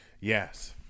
Yes